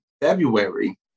February